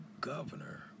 governor